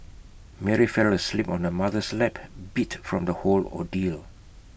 Mary fell asleep on her mother's lap beat from the whole ordeal